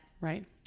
Right